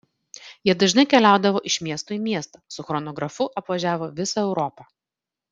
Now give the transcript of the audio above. jie dažnai keliaudavo iš miesto į miestą su chronografu apvažiavo visą europą